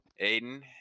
aiden